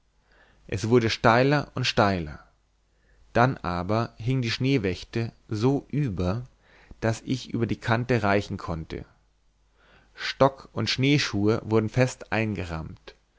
es wurde steiler und steiler dann aber hing die schneewächte so über daß ich über die kante reichen konnte stock und schneeschuhe wurden fest eingerammt